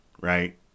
right